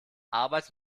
arbeit